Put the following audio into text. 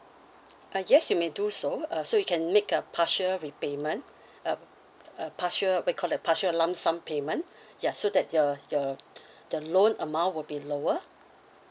uh yes you may do so uh so you can make a partial repayment uh uh partial what you call that partial lump sum payment ya so that your your the loan amount would be lower